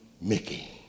Mickey